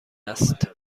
است